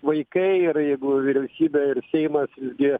vaikai ir jeigu vyriausybė ir seimas jie